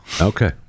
Okay